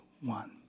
one